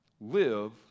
Live